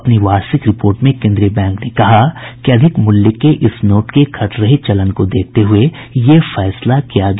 अपनी वार्षिक रिपोर्ट में कोन्द्रीय बैंक ने कहा कि अधिक मूल्य के इस नोट के घट रहे चलन को देखते हुये यह फैसला किया गया